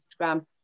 Instagram